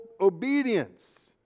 obedience